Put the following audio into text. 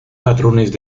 patrones